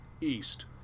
east